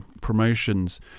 promotions